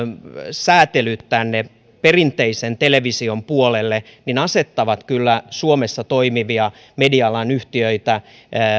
säätelyt tänne perinteisen television puolelle asettavat kyllä suomessa toimivia media alan yhtiöitä